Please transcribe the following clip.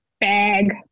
bag